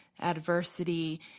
adversity